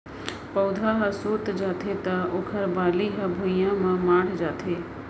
पउधा ह सूत जाथे त ओखर बाली ह भुइंया म माढ़ जाथे